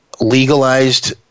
legalized